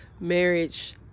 marriage